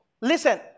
listen